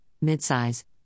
mid-size